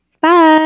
bye